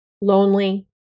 lonely